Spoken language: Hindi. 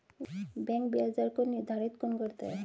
बैंक ब्याज दर को निर्धारित कौन करता है?